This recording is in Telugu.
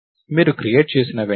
మీరు క్రియేట్ చేసిన వెంటనే